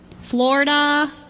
Florida